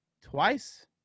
twice